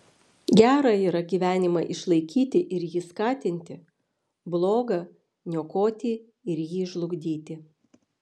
gera yra gyvenimą išlaikyti ir jį skatinti bloga niokoti ir jį žlugdyti